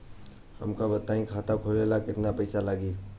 हमका बताई खाता खोले ला केतना पईसा लागी?